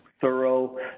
thorough